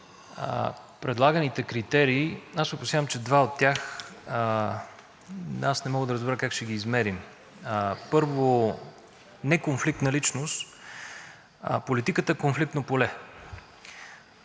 предлаганите критерии. Аз се опасявам, че два от тях не мога да разбера как ще ги измерим. Първо, неконфликтна личност. Политиката е конфликтно поле